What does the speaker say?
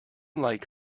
like